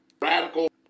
Radical